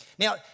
Now